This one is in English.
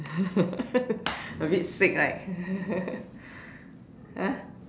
a bit fake right !huh!